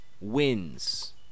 wins